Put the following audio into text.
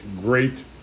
great